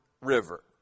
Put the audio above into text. River